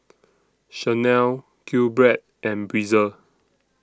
Chanel Q Bread and Breezer